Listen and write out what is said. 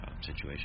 situation